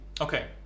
okay